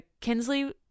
kinsley